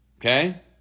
okay